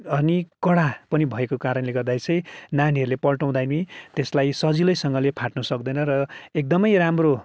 अनि कडा पनि भएको गर्दाखेरि चाहिँ नानीहरूले पल्टाउँदा पनि त्यसलाई सजिलैसँगले फाट्नु सक्दैन र एकदमै राम्रो